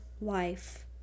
life